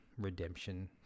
redemption